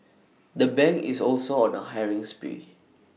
the bank is also on the hiring spree